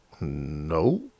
no